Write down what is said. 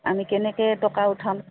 আমি কেনেকে টকা উঠাম